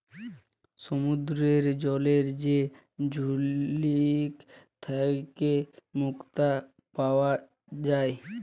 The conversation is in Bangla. সমুদ্দুরের জলে যে ঝিলুক থ্যাইকে মুক্তা পাউয়া যায়